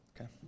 Okay